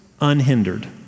unhindered